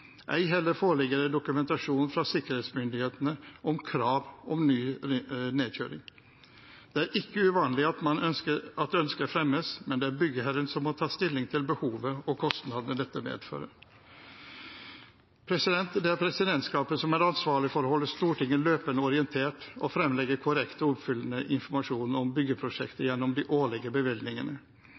Ei heller foreligger det dokumentasjon fra sikkerhetsmyndighetene om krav om ny nedkjøring. Det er ikke uvanlig at ønsker fremmes, men det er byggherren som må ta stilling til behovet og kostnadene dette medfører. Det er presidentskapet som er ansvarlig for å holde Stortinget løpende orientert og framlegge korrekt og utfyllende informasjon om byggeprosjektet gjennom de årlige bevilgningene.